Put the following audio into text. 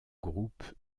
groupes